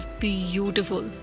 beautiful।